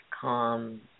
calm